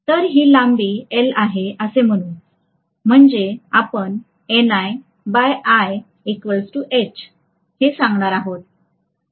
तर ही लांबी L आहे असे म्हणू म्हणजे आपण हे सांगणार आहोत